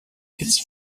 its